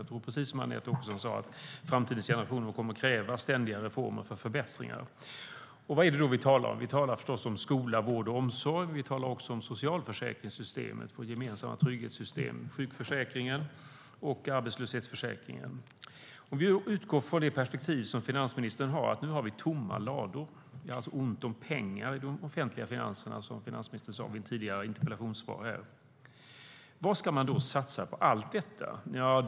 Jag tror, precis som Anette Åkesson sa, att framtidens generationer kommer att kräva ständiga reformer för att få förbättringar. Vad är det vi talar om? Vi talar förstås om skola, vård och omsorg. Vi talar också om socialförsäkringssystemet, vårt gemensamma trygghetssystem, sjukförsäkringen och arbetslöshetsförsäkringen. Låt oss utgå från det perspektiv finansministern har, att ladorna är tomma. Det är alltså ont om pengar i de offentliga finanserna, som finansministern sagt i ett tidigare interpellationssvar. Ska vi då satsa på allt detta?